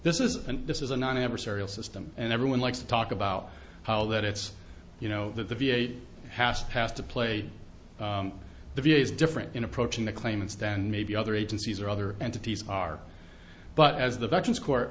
this is an this is an adversarial system and everyone likes to talk about how that it's you know that the v a has passed to play the v a is different in approaching the claimant's than maybe other agencies or other entities are but as the veterans court